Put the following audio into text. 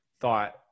thought